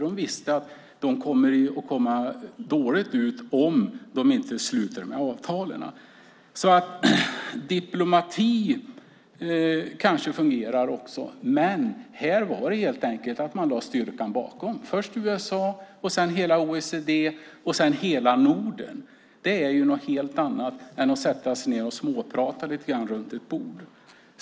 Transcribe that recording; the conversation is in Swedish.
De visste att de skulle komma dåligt ut om de inte slöt dessa avtal. Diplomati kanske fungerar också, men här var det helt enkelt fråga om att lägga en styrka bakom. Först USA, sedan hela OECD och sedan hela Norden. Det är något helt annat än att sätta sig ned och småprata runt ett bord.